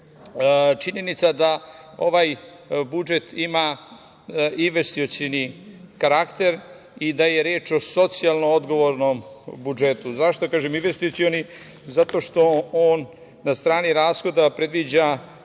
ciframa. Činjenica da ovaj budžet ima investicioni karakter i da je reč o socijalno odgovornom budžetu. Zašto kažem investicioni? Zato što on na strani rashoda predviđa